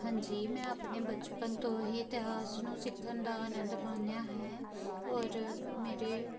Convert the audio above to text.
ਹਾਂਜੀ ਮੈਂ ਆਪਣੇ ਬਚਪਨ ਤੋਂ ਹੀ ਇਤਿਹਾਸ ਨੂੰ ਸਿੱਖਣ ਦਾ ਆਨੰਦ ਮਾਣਿਆ ਹੈ ਔਰ ਮੇਰੇ